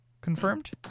Confirmed